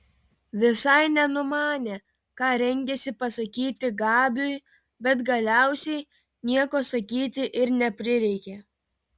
visai nenumanė ką rengiasi pasakyti gabiui bet galiausiai nieko sakyti ir neprireikė